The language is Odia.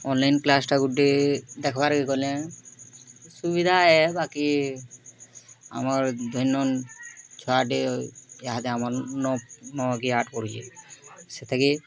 ଅନ୍ଲାଇନ୍ କ୍ଲାସ୍ଟା ଗୁଟେ ଦେଖ୍ବାର୍କେ ଗଲେ ସୁବିଧା ଏ ବାକି ଆମର୍ ଧରି ନଉନ୍ ଛୁଆଟେ ଇହାଦେ ଆମର୍ ନଅ ନଅ କି ଆଠ୍ ପଢ଼ୁଛେ ସେଟାକେ